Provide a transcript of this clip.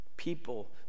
people